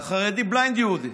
והחרדי, בליינד יהודי.